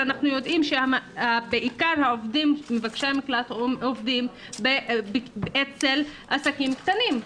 ואנחנו יודעים שבעיקר העובדים מבקשי המקלט עובדים אצל עסקים קטנים.